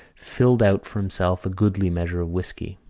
filled out for himself a goodly measure of whisky.